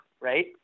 Right